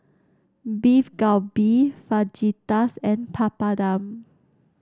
Beef Galbi Fajitas and Papadum